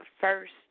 first